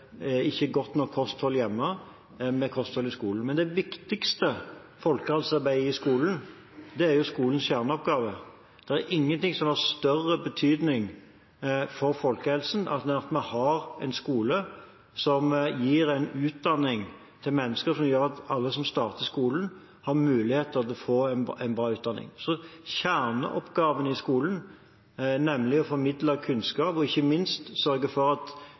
ikke godt nok kosthold hjemme med kosthold i skolen. Det viktigste folkehelsearbeidet i skolen er skolens kjerneoppgave. Det er ingenting som har større betydning for folkehelsen enn at vi har en skole som gir utdanning til mennesker som gjør at alle som starter på skolen, har mulighet til å få en bra utdanning. Kjerneoppgavene i skolen er å formidle kunnskap og ikke minst å sørge for at